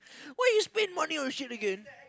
why you spend money on shit again